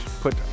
put